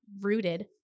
rooted